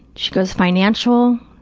she goes, financial,